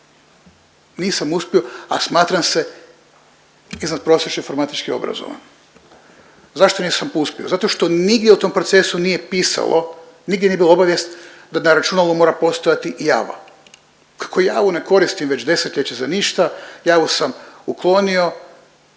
Nisam uspio, a smatram se iznadprosječno informatički obrazovan. Zašto nisam uspio? Zato što nigdje u tom procesu nije pisao, nigdje nije bilo obavijest da na računalu mora postojati Java. Kako Javu ne koristim već desetljeća za ništa, Javu sam uklonio